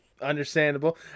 understandable